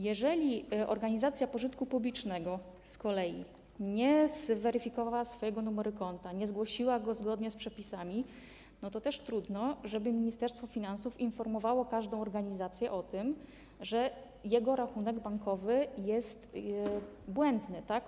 Jeżeli z kolei organizacja pożytku publicznego nie zweryfikowała swojego numeru konta, nie zgłosiła go zgodnie z przepisami, to też trudno, żeby Ministerstwo Finansów informowało każdą organizację o tym, że jej rachunek bankowy jest błędny, tak?